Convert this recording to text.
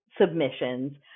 submissions